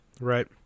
Right